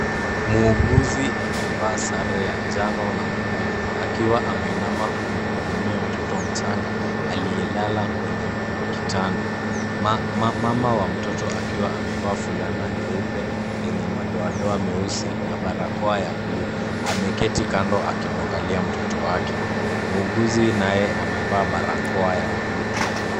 Muuguzi amevaa sare ya njano na buluu akiwa ameinama na kumhudumia mtoto mchanga aliye lala kwenye kitanda. Mama wa mtoto akiwa amevaa fulana nyeupe yenye madoa doa meusi na barakoa ya buluu. Ameketi kando akimwangalia mtoto wake. Muuguzi naye amevaa barakoa ya buluu.